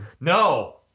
No